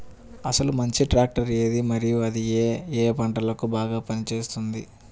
అసలు మంచి ట్రాక్టర్ ఏది మరియు అది ఏ ఏ పంటలకు బాగా పని చేస్తుంది?